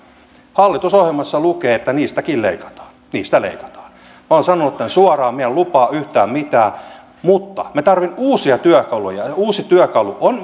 hallitusohjelmassa lukee että niistäkin leikataan niistä leikataan minä olen sanonut tämän suoraan minä en lupaa yhtään mitään mutta minä tarvitsen uusia työkaluja ja ja uusi työkalu on